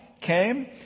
came